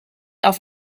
auf